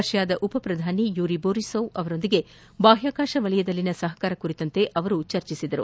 ರಷ್ನಾದ ಉಪ ಪ್ರಧಾನಿ Yuri Borisov ಅವರೊಂದಿಗೆ ಬಾಹ್ನಾಕಾಶ ವಲಯದಲ್ಲಿನ ಸಹಕಾರ ಕುರಿತು ಸಚಿವರು ಚರ್ಚಿಸಿದ್ದಾರೆ